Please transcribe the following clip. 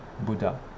Buddha